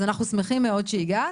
אז אנחנו שמחים מאוד שהגעת.